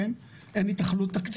אין היתכנות תקציבית.